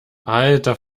alter